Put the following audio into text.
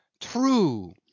true